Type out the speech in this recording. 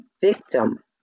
victim